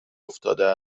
افتاده